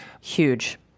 Huge